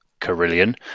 carillion